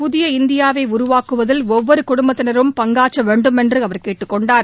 புதிய இந்தியாவை உருவாக்குவதில் ஒவ்வொரு குடும்பத்தினரும் பங்காற்ற வேண்டும் என்று அவா் கேட்டுக்கொண்டார்